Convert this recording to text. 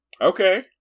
Okay